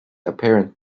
apparent